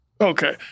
Okay